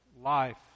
life